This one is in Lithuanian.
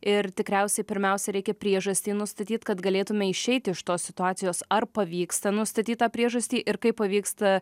ir tikriausiai pirmiausia reikia priežastį nustatyt kad galėtume išeiti iš tos situacijos ar pavyksta nustatyt tą priežastį ir kaip pavyksta